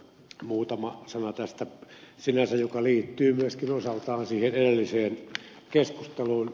muutama sana tästä joka sinänsä liittyy myöskin osaltaan siihen edelliseen keskusteluun